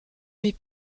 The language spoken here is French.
mes